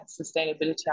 sustainability